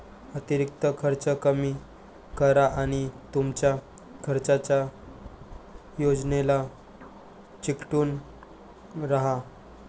अतिरिक्त खर्च कमी करा आणि तुमच्या खर्चाच्या योजनेला चिकटून राहा